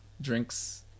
drinks